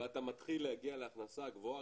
ואתה מתחיל להגיע להכנסה גבוהה,